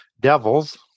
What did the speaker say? devils